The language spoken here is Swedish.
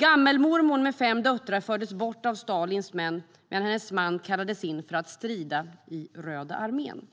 Gammelmormor med fem döttrar fördes bort av Stalins män, medan hennes man kallades in för att strida i Röda armén.